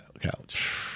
couch